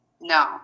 No